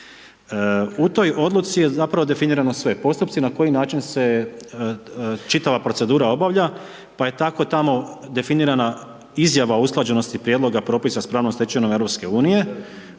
U toj odluci je zapravo definirano sve, postupci na koji način se čitava procedura obavlja pa je tako tamo definirana izjava o usklađenosti prijedloga propisa sa pravnom stečevinom EU